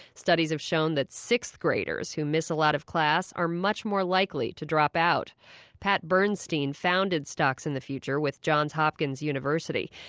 studies have shown that sixth graders who miss a lot of class are much more likely to drop out pat bernstein founded stocks in the future with johns hopkins university.